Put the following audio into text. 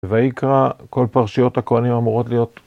"ויקרא" כל פרשיות הכהנים אמורות להיות.